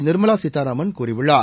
நிர்மலா சீதாராமன் கூறியுள்ளார்